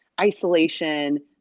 isolation